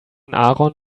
aaron